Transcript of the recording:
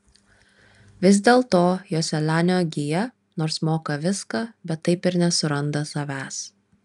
vis dėlto joselianio gija nors moka viską bet taip ir nesuranda savęs